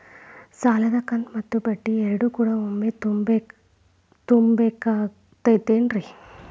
ಸಾಲದ ಕಂತು ಮತ್ತ ಬಡ್ಡಿ ಎರಡು ಕೂಡ ಒಮ್ಮೆ ತುಂಬ ಬೇಕಾಗ್ ತೈತೇನ್ರಿ?